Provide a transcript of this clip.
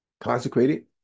consecrated